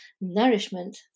nourishment